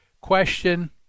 question